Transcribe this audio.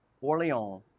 Orleans